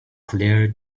clear